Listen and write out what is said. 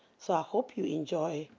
so, i hope you enjoy,